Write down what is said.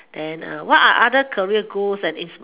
and what are other career goals and in